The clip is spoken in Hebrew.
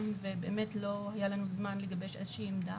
ובאמת לא היה לנו זמן לגבש איזו שהיא עמדה.